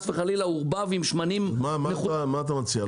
וחלילה עורבב עם שמנים --- מה אתה מציע?